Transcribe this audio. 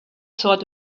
thought